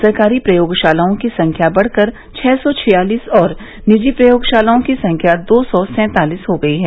सरकारी प्रयोगशालाओं की संख्या बढ़कर छः सौ छियालीस और निजी प्रयोगशालाओं की संख्या दो सौ सैंतालीस हो गई है